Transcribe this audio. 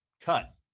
cut